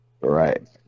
right